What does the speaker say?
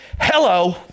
Hello